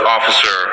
Officer